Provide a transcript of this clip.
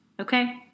Okay